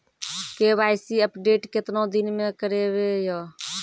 KYC update केतना दिन मे करेबे यो?